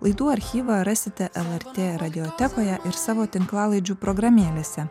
laidų archyvą rasite lrt radiotechnikoje ir savo tinklalaidžių programėlėse